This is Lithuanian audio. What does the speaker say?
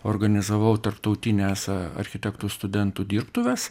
organizavau tarptautines architektų studentų dirbtuves